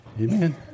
amen